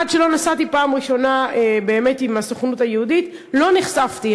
עד שלא נסעתי פעם ראשונה באמת עם הסוכנות היהודית לא נחשפתי.